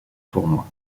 tournoi